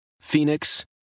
Phoenix